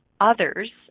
others